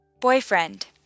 Boyfriend